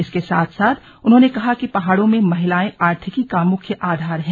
इसके साथ साथ उन्होंने कहा कि पहाडों में महिलाएं आर्थिकी का मुख्य आधार हैं